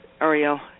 Ariel